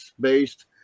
based